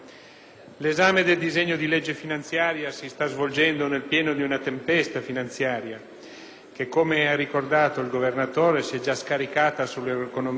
che, come ha ricordato il Governatore della Banca d'Italia si è già scaricata sull'economia reale attivando un circolo vizioso dal quale ancora non si vede una via di uscita.